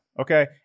Okay